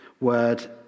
word